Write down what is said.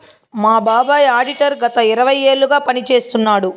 మా బాబాయ్ ఆడిటర్ గత ఇరవై ఏళ్లుగా పని చేస్తున్నాడు